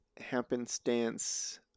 happenstance